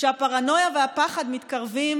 כשהפרנויה והפחד מתקרבים